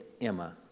Emma